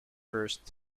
first